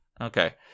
Okay